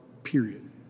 Period